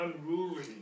unruly